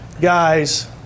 guys